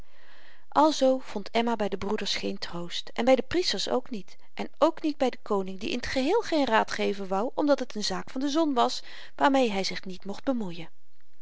alzoo vond emma by de broeders geen troost en by de priesters ook niet en ook niet by den koning die in t geheel geen raad geven wou omdat het een zaak van de zon was waarmeê hy zich niet mocht bemoeien